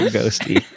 ghosty